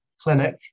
clinic